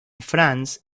franz